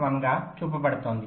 1 గా చూపబడుతోంది